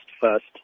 first